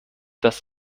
das